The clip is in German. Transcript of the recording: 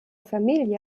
familie